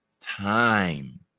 time